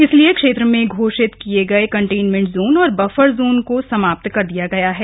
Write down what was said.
इसलिए क्षेत्र में घोषित किये गये कंटेनमेंट जोन और बफर जोन को समाप्त कर दिया गया है